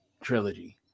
trilogy